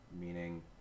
meaning